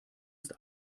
ist